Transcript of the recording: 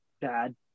bad